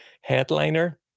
headliner